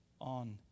on